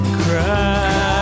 cry